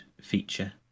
feature